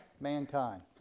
mankind